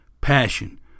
Passion